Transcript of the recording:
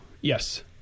Yes